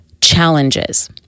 challenges